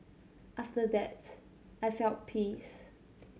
after that I felt peace